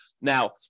Now